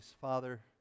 Father